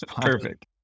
perfect